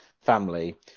family